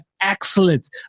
excellent